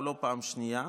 הוא לא פעם שנייה,